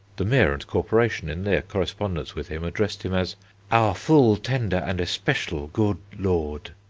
the mayor and corporation in their correspondence with him addressed him as our full tender and especial good lord.